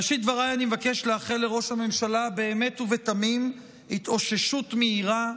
בראשית דבריי אני מבקש לאחל לראש הממשלה באמת ובתמים התאוששות מהירה,